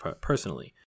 personally